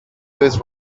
his